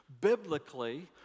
biblically